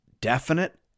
definite